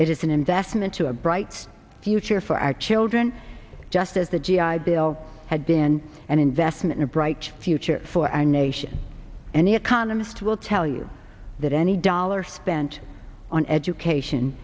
an investment to a bright future for our children just as the g i bill had been an investment a bright future for our nation and the economist will tell you that any dollar spent on education